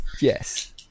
Yes